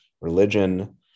religion